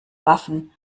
waffen